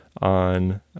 on